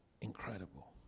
Incredible